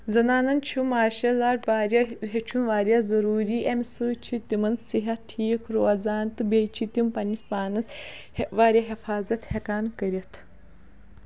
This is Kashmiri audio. زَنانَن چھُ مارشَل آٹ واریاہ ہیٚچھُن واریاہ ضٔروٗری اَمہِ سۭتۍ چھِ تِمَن صحت ٹھیٖک روزان تہٕ بیٚیہِ چھِ تِم پنٛنِس پانَس واریاہ حفاطت ہٮ۪کان کٔرِتھ